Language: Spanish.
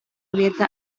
abierta